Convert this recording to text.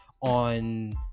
on